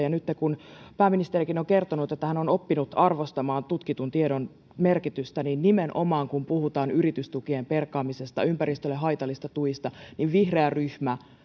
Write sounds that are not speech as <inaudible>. <unintelligible> ja nytten kun pääministerikin on kertonut että hän on oppinut arvostamaan tutkitun tiedon merkitystä niin nimenomaan kun puhutaan yritystukien perkaamisesta ympäristölle haitallisista tuista vihreä ryhmä